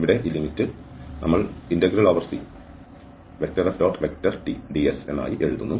ഇവിടെ ഈ ലിമിറ്റ് നമ്മൾ CFTds ആയി എഴുതുന്നു